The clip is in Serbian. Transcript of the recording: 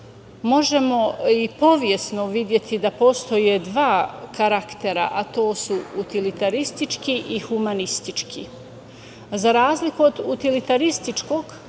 možemo i istorijski videti da postoje dva karaktera, a to su utilitaristički i humanistički. Za razliku od utilitarističkog,